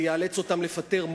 שיאלץ אותם לפטר מורים,